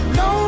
no